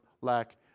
lack